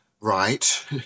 right